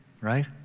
right